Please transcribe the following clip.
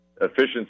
efficiency